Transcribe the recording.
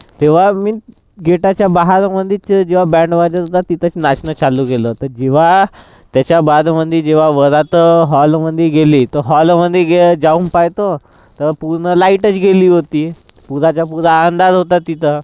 तेव्हा मी गेटाच्या बहारमधीच जिव्हा बँड वाजत होता तिथंच नाचणं चालू केलं होतं जिव्हा त्याच्या बादमधे जिव्हा वरात हॉलमधे गेली तर हॉलमधे गे जाऊन पाहतो तर पूर्ण लाईटच गेली होती पुराच्या पुरा अंधार होता तिथं